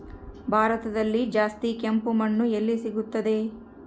ಭಾರತದಲ್ಲಿ ಜಾಸ್ತಿ ಕೆಂಪು ಮಣ್ಣು ಎಲ್ಲಿ ಸಿಗುತ್ತದೆ?